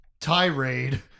tirade